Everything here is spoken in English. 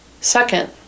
second